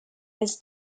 his